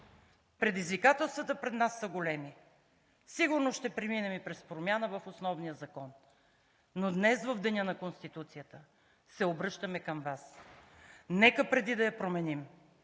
Предизвикателствата пред нас са големи. Сигурно ще преминем и през промяна в основния Закон. Днес в Деня на Конституцията се обръщаме към Вас, нека преди да я променим,